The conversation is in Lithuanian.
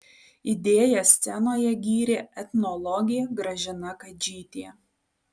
idėją scenoje gyrė etnologė gražina kadžytė